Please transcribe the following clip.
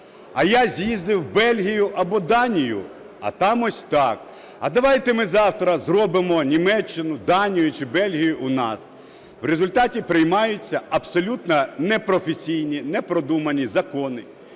а я з'їздив у Бельгію або Данію – а там ось так, а давайте ми завтра зробимо Німеччину, Данію чи Бельгію у нас. У результаті приймаються абсолютно непрофесійні, непродумані закони,